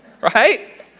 Right